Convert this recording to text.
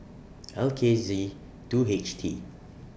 L K Z two H T